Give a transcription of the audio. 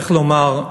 צריך לומר,